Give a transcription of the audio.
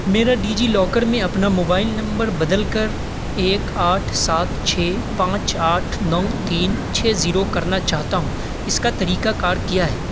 میرا ڈیجی لاکر میں اپنا موبائل نمبر بدل کر ایک آٹھ سات چھ پانچ آٹھ نو تین چھ زیرو کرنا چاہتا ہوں اس کا طریقہ کار کیا ہے